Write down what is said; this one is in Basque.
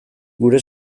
geure